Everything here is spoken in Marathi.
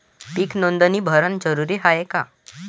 पीक नोंदनी भरनं जरूरी हाये का?